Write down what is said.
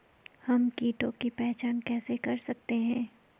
हम कीटों की पहचान कैसे कर सकते हैं?